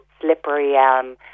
slippery